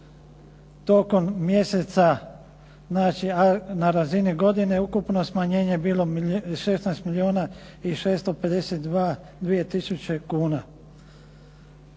tokom mjeseca znači na razini godine ukupno smanjenje bilo bi 16 milijona i 652 tisuće kuna.